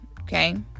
Okay